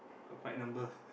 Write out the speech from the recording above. got quite a number